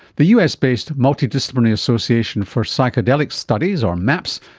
the us-based multidisciplinary association for psychedelic studies, or maps,